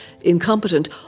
incompetent